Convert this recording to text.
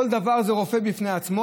כל דבר זה רופא בפני עצמו.